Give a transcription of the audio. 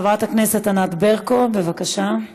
חברת הכנסת ענת ברקו, בבקשה.